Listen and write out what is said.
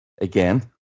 again